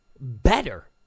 better